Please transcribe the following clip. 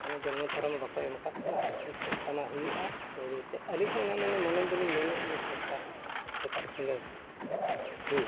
ᱢᱟᱱᱮ ᱡᱚᱱᱢᱚ ᱛᱚᱨᱟᱢᱟ ᱵᱟᱠᱚ ᱮᱢ ᱠᱟᱫ ᱵᱚᱱᱟ ᱮᱱᱠᱷᱟᱱ ᱪᱮᱥᱴᱟᱢᱟ ᱦᱩᱭᱩᱜᱼᱟ ᱵᱟᱹᱭ ᱵᱟᱹᱭᱛᱮ ᱟᱹᱞᱤᱧ ᱦᱚᱸ ᱚᱱᱟ ᱢᱚᱱᱮ ᱢᱚᱱᱮ ᱛᱮᱫᱚ ᱞᱤᱧ ᱢᱮᱱᱮᱫ ᱜᱮᱭᱟ ᱪᱮᱥᱴᱟ ᱥᱮᱛᱟᱜ ᱥᱤᱸᱜᱟᱹᱲ ᱟᱹᱭᱩᱵ